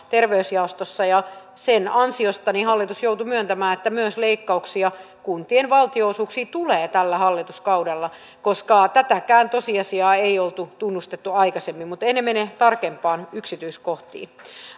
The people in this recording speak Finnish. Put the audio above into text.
terveysjaostossa ja sen ansiosta hallitus joutui myöntämään että myös leikkauksia kuntien valtionosuuksiin tulee tällä hallituskaudella koska tätäkään tosiasiaa ei oltu tunnustettu aikaisemmin mutta en mene tarkemmin yksityiskohtiin